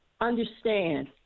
understand